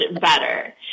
better